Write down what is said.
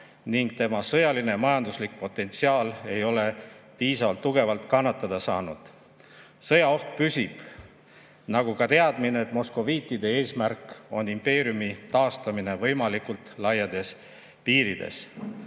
ning tema sõjaline ja majanduslik potentsiaal ei ole piisavalt tugevalt kannatada saanud. Sõjaoht püsib, nagu ka teadmine, et moskoviitide eesmärk on impeeriumi taastamine võimalikult laiades piirides.